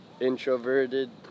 introverted